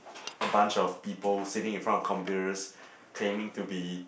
a bunch of people sitting in front of computers claiming to be